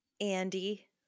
Andy